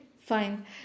fine